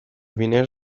وینر